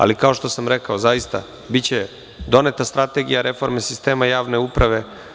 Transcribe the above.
Ali kao što sam rekao, zaista biće doneta strategije reforme sistema javne uprave.